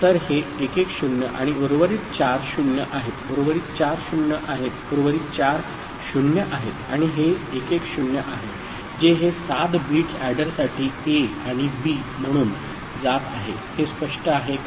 तर हे 110 आणि उर्वरित चार 0 आहेतउर्वरित चार 0 आहेतउर्वरित चार 0 आहेत आणि हे 110 आहे जे हे सात बिट्स एडरसाठी ए आणि बी म्हणून जात आहेत हे स्पष्ट आहे का